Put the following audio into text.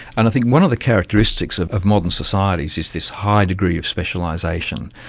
and i think one of the characteristics of of modern societies is this high degree of specialisation.